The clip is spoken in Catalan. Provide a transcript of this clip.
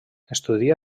estudia